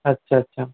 আচ্ছা আচ্ছা